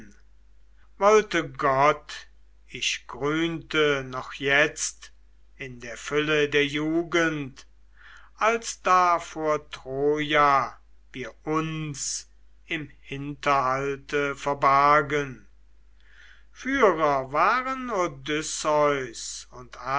wollte gott ich grünte noch jetzt in der fülle der jugend als da vor troja wir uns im hinterhalte verbargen führer waren odysseus und